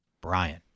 Brian